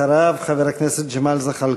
אחריו, חבר הכנסת ג'מאל זחאלקה.